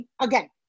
again